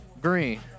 Green